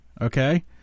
okay